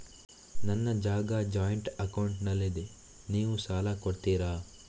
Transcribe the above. ನನ್ನ ಜಾಗ ಜಾಯಿಂಟ್ ಅಕೌಂಟ್ನಲ್ಲಿದ್ದರೆ ನೀವು ಸಾಲ ಕೊಡ್ತೀರಾ?